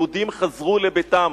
יהודים חזרו לביתם.